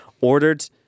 Ordered